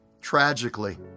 Tragically